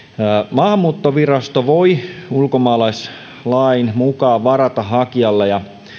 maahanmuuttovirasto voi ulkomaalaislain mukaan varata hakijalle ja